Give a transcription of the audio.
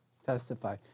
Testify